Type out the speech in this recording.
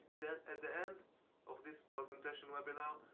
then at the end of this presentation webinar,